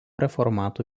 reformatų